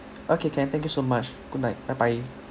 okay can thank you so much good night bye bye